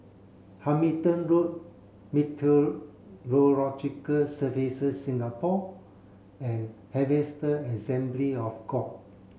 Hamilton Road Meteorological Services Singapore and Harvester Assembly of God